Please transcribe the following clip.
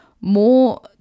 more